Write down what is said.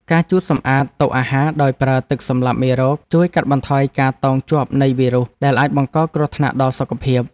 ការជូតសម្អាតតុអាហារដោយប្រើទឹកសម្លាប់មេរោគ ជួយកាត់បន្ថយការតោងជាប់នៃវីរុសដែលអាចបង្កគ្រោះថ្នាក់ដល់សុខភាព។